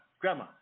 grandma